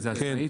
עצמאית?